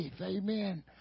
Amen